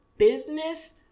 business